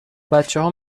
بچهها